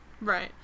Right